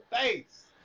face